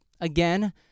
again